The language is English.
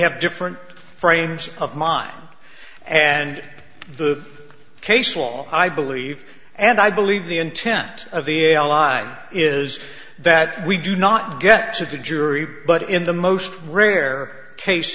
have different frames of mind and the case law i believe and i believe the intent of the line is that we do not get to the jury but in the most rare case